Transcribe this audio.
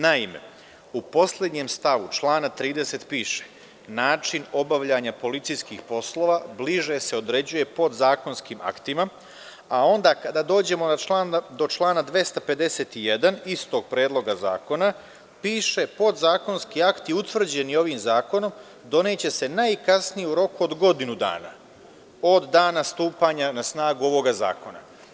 Naime, u poslednjem stavu člana 30 piše – način obavljanja policijskih poslova bliže se određuje podzakonskim aktima, a onda kada dođemo do člana 251. istog Predloga zakona piše - podzakonski akti utvrđeni ovim zakonom doneće se najkasnije u roku od godinu dana, od dana stupanja na snagu ovog zakona.